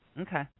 Okay